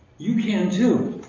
you can, too.